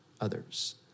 others